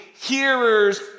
hearers